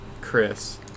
Chris